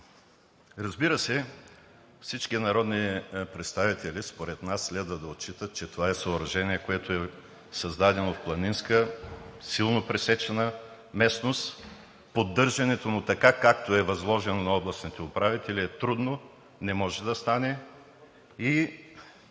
Разбира се, всички народни представители според нас следва да отчитат, че това е съоръжение, което е създадено в планинска, силно пресечена местност, поддържането му така, както е възложено на областните управители, е трудно, не може да стане и